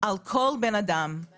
מה